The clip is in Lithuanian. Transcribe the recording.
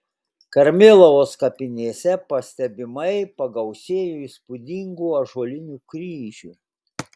karmėlavos kapinėse pastebimai pagausėjo įspūdingų ąžuolinių kryžių